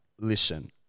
Listen